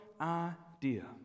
idea